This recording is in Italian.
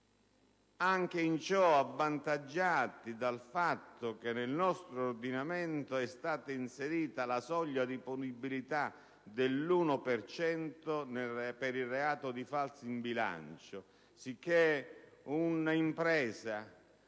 in ciò avvantaggiati anche dal fatto che nel nostro ordinamento è stata inserita la soglia di punibilità dell'1 per cento per il reato di falso in bilancio; sicché un'impresa